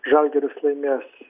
žalgiris laimės